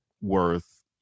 worth